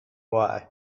why